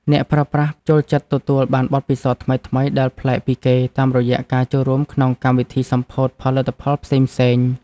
អ្នកប្រើប្រាស់ចូលចិត្តទទួលបានបទពិសោធន៍ថ្មីៗដែលប្លែកពីគេតាមរយៈការចូលរួមក្នុងកម្មវិធីសម្ពោធផលិតផលផ្សេងៗ។